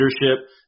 leadership